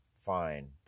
fine